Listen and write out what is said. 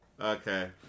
okay